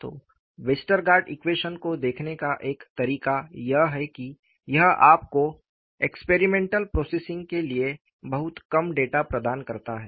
तो Westergaard equation को देखने का एक तरीका यह है कि यह आपको एक्सपेरिमेंटल प्रोसेसिंग के लिए बहुत कम डेटा प्रदान करता है